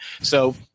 So-